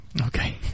Okay